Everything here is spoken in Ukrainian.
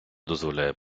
дозволяє